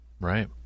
Right